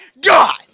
God